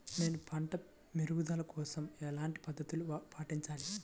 నేను పంట పెరుగుదల కోసం ఎలాంటి పద్దతులను పాటించాలి?